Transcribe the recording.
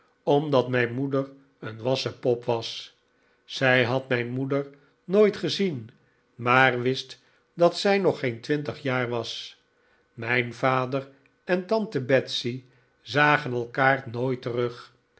omdat mijn moeder een wassen pop was zij had mijn moeder nooit gezien maar wist dat zij nog geen twintig jaar was mijn vader en tante betsey zagen lkaar nooit terug